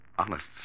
Honest